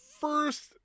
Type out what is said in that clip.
first